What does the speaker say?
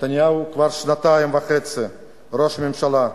נתניהו כבר שנתיים וחצי ראש ממשלה,